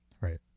Right